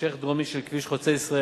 המשך דרומי של כביש חוצה-ישראל.